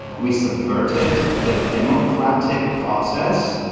we subverted their democratic process,